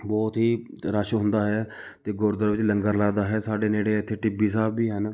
ਬਹੁਤ ਹੀ ਰਸ਼ ਹੁੰਦਾ ਹੈ ਅਤੇ ਗੁਰਦੁਆਰੇ ਵਿੱਚ ਲੰਗਰ ਲੱਗਦਾ ਹੈ ਸਾਡੇ ਨੇੜੇ ਇੱਥੇ ਟਿੱਬੀ ਸਾਹਿਬ ਵੀ ਹਨ